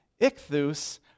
Ichthus